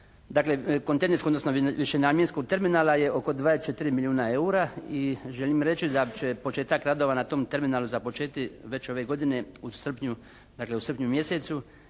dakle kontejnerskog, odnosno višenamjenskog terminala je oko 24 milijuna eura. I želim reći da će početak radova na tom terminalu započeti već ove godine u srpnju, dakle u srpnju mjesecu,